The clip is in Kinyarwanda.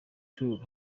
tour